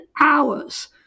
hours